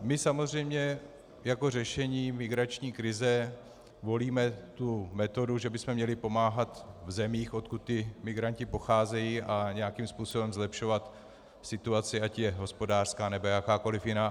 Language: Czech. My samozřejmě jako řešení migrační krize volíme metodu, že bychom měli pomáhat v zemích, odkud migranti pocházejí, a nějakým způsobem zlepšovat situaci, ať je hospodářská, nebo jakákoli jiná.